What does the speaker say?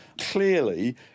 Clearly